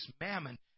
mammon